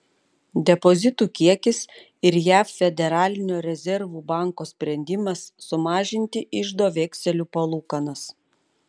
depozitų kiekis ir jav federalinio rezervų banko sprendimas sumažinti iždo vekselių palūkanas